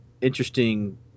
interesting